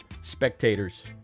spectators